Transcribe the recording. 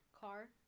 car